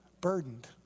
burdened